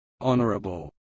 Honorable